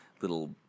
little